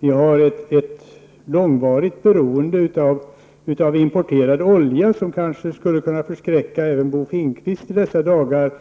vi har ett långvarigt beroende av importerad olja som kanske skulle kunna förskräcka även Bo Finnkvist i dessa dagar.